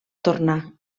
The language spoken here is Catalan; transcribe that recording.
tornar